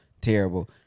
terrible